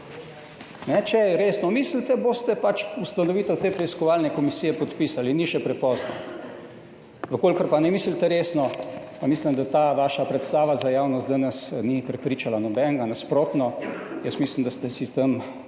Če resno mislite boste ustanovitev te preiskovalne komisije podpisali, ni še prepozno. V kolikor pa ne mislite resno, pa mislim, da ta vaša predstava za javnost danes ni prepričala nobenega, nasprotno, jaz mislim, da ste si tam